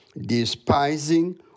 despising